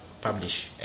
publish